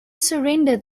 surrender